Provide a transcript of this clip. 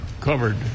covered